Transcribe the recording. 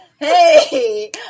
Hey